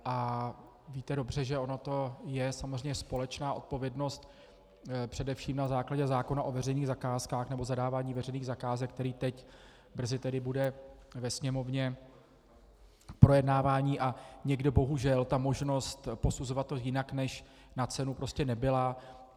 A víte dobře, že ona to je samozřejmě společná odpovědnost především na základě zákona o veřejných zakázkách nebo zadávání veřejných zakázek, který teď brzy bude ve Sněmovně v projednávání, a někde bohužel ta možnost posuzovat to jinak než na cenu nebyla.